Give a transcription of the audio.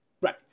right